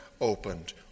opened